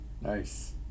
Nice